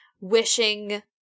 wishing